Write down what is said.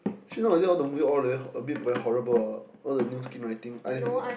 actually nowaday all the movie all very a bit very horrible ah all the new screenwriting I